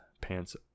Pants